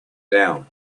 down